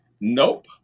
Nope